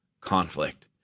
conflict